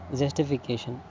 justification